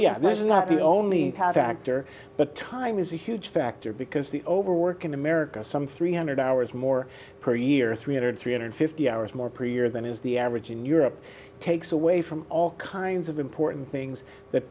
yeah this is not the only path actor but time is a huge factor because the overwork in america some three hundred hours more per year three hundred three hundred fifty hours more per year than is the average in europe takes away from all kinds of important things that